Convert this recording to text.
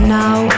now